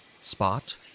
spot